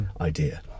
idea